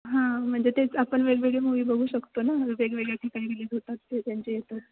हां म्हणजे तेच आपण वेगवेगळे मूवी बघू शकतो ना वेगवेगळ्या ठिकाणी रिलीज होतात ते त्यांचे येतात